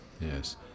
Yes